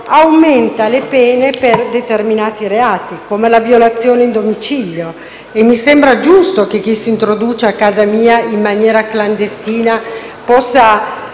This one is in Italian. aumenta le pene per determinati reati, come la violazione in domicilio, e mi sembra giusto che chi si introduce in casa mia in maniera clandestina possa